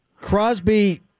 Crosby